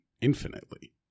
infinitely